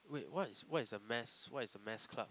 wait what's what is a mass what is a mass club